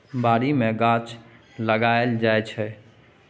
बारी मे गाछ लगाएल जाइ छै